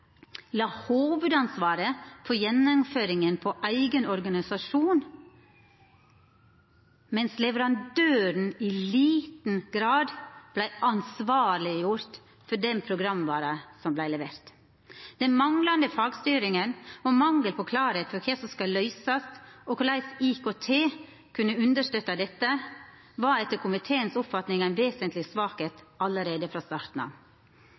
la hovudansvaret for gjennomføringa på eigen organisasjon, medan leverandøren i liten grad vart gjord ansvarleg for den programvara som vart levert. Den manglande fagstyringa og mangel på klarheit i kva som skal løysast, og korleis IKT kunne understøtta dette, var etter komiteens oppfatning ei vesentleg svakheit allereie frå